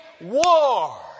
war